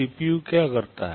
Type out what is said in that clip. CPU क्या करता है